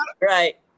right